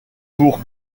pour